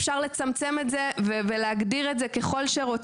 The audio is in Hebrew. אפשר לצמצם את זה ולהגדיר את זה ככל שרוצים,